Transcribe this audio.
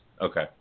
Okay